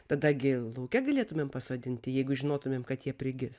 tada gi lauke galėtumėm pasodinti jeigu žinotumėm kad jie prigis